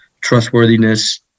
trustworthiness